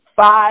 five